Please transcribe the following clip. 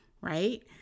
right